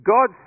God